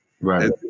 Right